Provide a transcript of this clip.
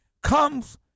comes